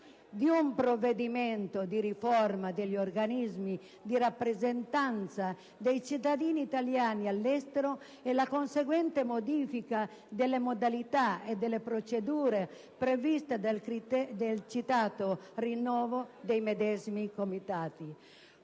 di un provvedimento di riforma degli organismi di rappresentanza dei cittadini italiani all'estero e la conseguente modifica delle modalità e delle procedure previste dal citato rinnovo dei medesimi Comitati».